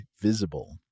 Visible